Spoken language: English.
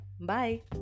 Bye